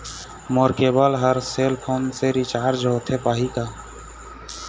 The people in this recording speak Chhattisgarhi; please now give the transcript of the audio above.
मोर केबल हर सेल फोन से रिचार्ज होथे पाही का?